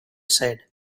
said